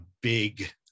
big